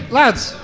lads